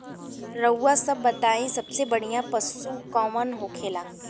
रउआ सभ बताई सबसे बढ़ियां पशु कवन होखेला?